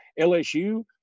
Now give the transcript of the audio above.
LSU